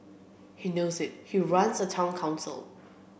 he knows it he runs a Town Council